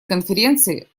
конференции